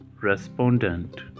Respondent